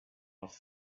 off